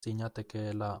zinatekeela